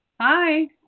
Hi